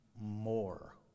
more